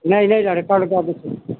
नहीं नहीं लड़का ऊड़का कुछ नहीं